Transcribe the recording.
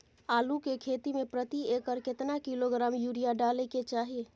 आलू के खेती में प्रति एकर केतना किलोग्राम यूरिया डालय के चाही?